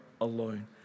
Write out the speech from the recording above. alone